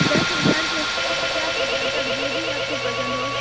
دس ہزار سے اچھا پچاس ہزار تک وہ بھی آپ کو پسند ہو